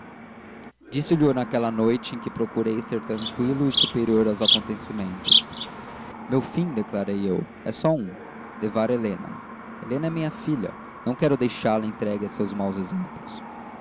obscuro disse-lho naquela noite em que procurei ser tranqüilo e superior aos acontecimentos meu fim declarei eu é só um levar helena helena é minha filha não quero deixá-la entregue a seus maus exemplos